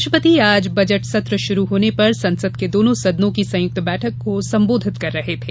राष्ट्रपति आज बजट सत्र शुरू होने पर संसद के दोनों सदनों की संयुक्त बैठक को संबोधित कर रहे थे